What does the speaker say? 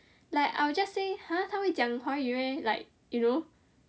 like I will just say !huh! 她会讲华语 meh like you know